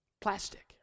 Plastic